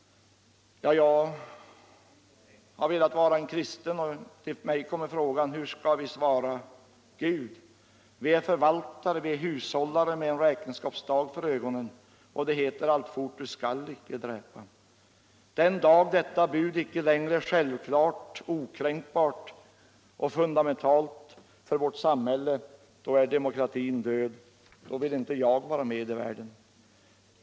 Jag har velat vara en kristen och till mig kommer frågan: Hur skall vi svara Gud? Vi är förvaltare, vi är hushållare med en räkenskapsdag för ögonen och det heter alltfort: Du skall icke dräpa. Den dag detta bud icke längre är självklart okränkbart och fundamentalt för vårt samhälle — då är demokratin död. Då vill inte jag vara med i världen.